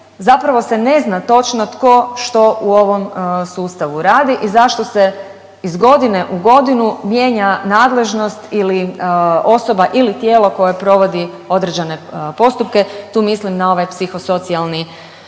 zapravo se ne zna točno tko što u ovom sustavu radi i zašto se iz godine u godinu mijenja nadležnost ili osoba ili tijelo koje provodi određene postupke. Tu mislim na ovaj psihosocijalni